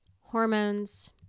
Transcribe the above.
hormones